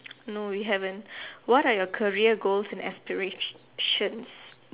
no we haven't what are your career goal and aspirations